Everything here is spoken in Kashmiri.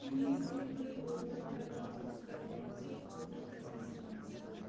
پلیٖز سیوٕڈ ہوٹل اٮ۪کاونٹَس کَر پانٛژھ ہَتھ ہوٹل فیٖس ٹرانسفر